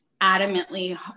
adamantly